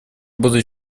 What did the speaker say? буду